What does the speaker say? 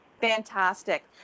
Fantastic